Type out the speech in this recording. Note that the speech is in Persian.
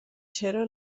چرا